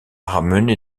ramené